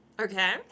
Okay